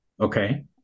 okay